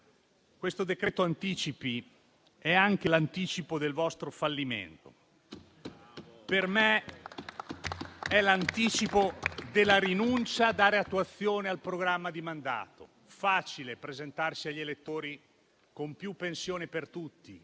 questo decreto anticipi è anche l'anticipo del vostro fallimento. Per me è l'anticipo della rinuncia a dare attuazione al programma di mandato. È facile presentarsi agli elettori con più pensioni per tutti